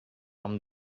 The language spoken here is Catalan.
amb